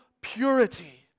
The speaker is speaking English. purity